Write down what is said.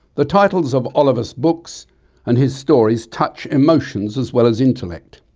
the titles of oliver's books and his stories touch emotions as well as intellect.